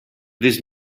this